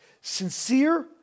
Sincere